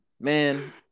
Man